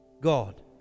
God